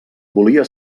volia